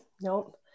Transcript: Nope